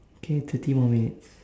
okay thirty more minutes